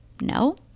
no